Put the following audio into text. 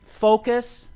focus